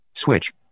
Switch